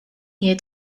here